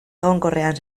egonkorrean